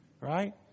right